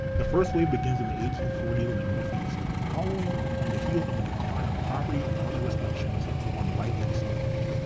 the first wave begins in eighteen forty s in the northeast, following on the heels of the decline of property and other restrictions on white male suffrage.